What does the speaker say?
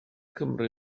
cymru